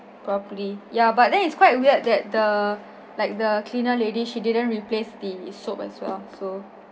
properly ya but then it's quite weird that the like the cleaner lady she didn't replace the soap as well so